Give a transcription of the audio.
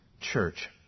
church